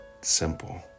simple